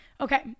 Okay